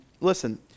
Listen